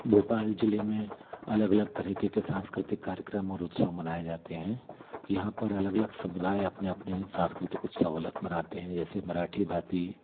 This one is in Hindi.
भोपाल ज़िले में अलग अलग तरीक़े के सांस्कृतिक कार्यक्रम और उत्सव मनाए जाते हैं यहाँ पर अलग अलग समुदाय अपने अपने सांस्कृतिक उत्सव अलग मनाते हैं जैसे मराठी भाषी